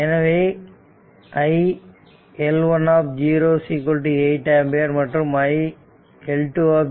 எனவே iL1 0 8 ampere மற்றும் iL2 0 4 ampere ஆகும்